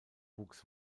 wuchs